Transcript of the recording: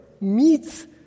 meets